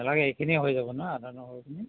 নালাগে এইখিনিয়ে হৈ যাব ন আদা নহৰুখিনি